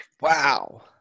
Wow